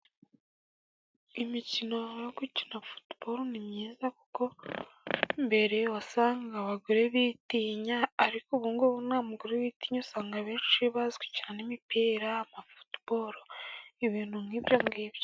Imikino yo gukina futuboro myiza, kuko mbere wasangaga abagore bitinya, ariko ubungubu nta mugore witinya, usanga abenshi bazwi cyane, imipira, futuboro ibintu nk'ibyongibyo.